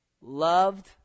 loved